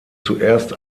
zuerst